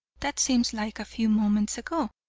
that seems like a few moments ago,